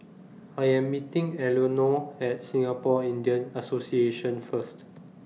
I Am meeting Eleonore At Singapore Indian Association First